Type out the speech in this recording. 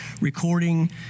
recording